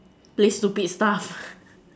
play stupid stuff